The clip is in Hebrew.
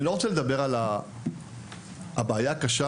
אני לא רוצה לדבר על הבעיה הקשה,